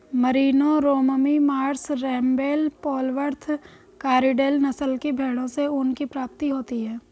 Merino, Romney Marsh, Rambouillet, Polwarth, Corriedale नस्ल की भेंड़ों से ऊन की प्राप्ति होती है